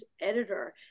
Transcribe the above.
editor